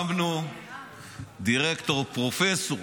שמנו דירקטור פרופסור